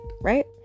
right